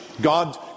God